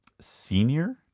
Senior